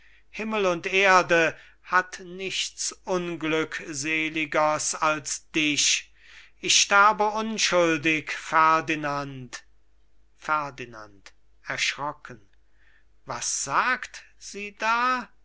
himmel und erde hat nichts unglückseligeres als dich ich sterbe unschuldig ferdinand ferdinand erschrocken was sagt sie da